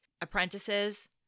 apprentices